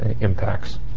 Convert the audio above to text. impacts